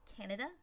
Canada